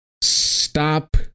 stop